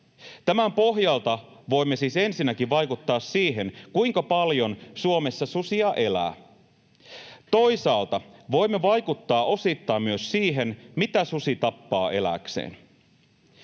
Tämän pohjalta voimme siis ensinnäkin vaikuttaa siihen, kuinka paljon Suomessa susia elää. Toisaalta voimme vaikuttaa osittain myös siihen, mitä susi tappaa elääkseen.